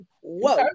Whoa